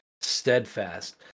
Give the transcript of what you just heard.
steadfast